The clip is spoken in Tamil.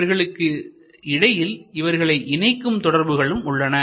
இவர்களுக்கு இடையில் இவர்களை இணைக்கும் தொடர்புகளும் உள்ளன